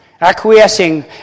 acquiescing